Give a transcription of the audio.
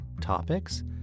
topics